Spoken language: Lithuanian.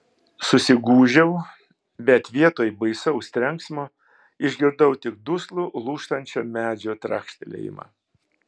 susigūžiau bet vietoj baisaus trenksmo išgirdau tik duslų lūžtančio medžio trakštelėjimą